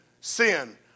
sin